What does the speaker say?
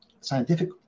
scientific